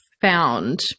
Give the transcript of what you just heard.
found